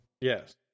Yes